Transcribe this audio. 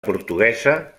portuguesa